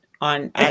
on